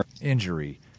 injury